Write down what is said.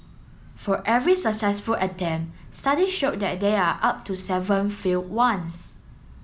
for every successful attempt study show that there are up to seven failed ones